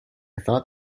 thought